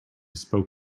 spoke